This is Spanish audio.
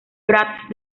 prats